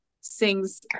sings